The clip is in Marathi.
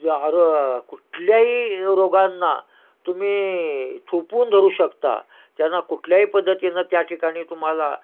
जे आरो कुठल्याही रोगांना तुम्ही थोपवून धरू शकता त्यांना कुठल्याही पद्धतीनं त्या ठिकाणी तुम्हाला